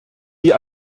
wie